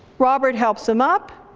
robert helps him up,